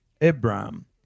Abraham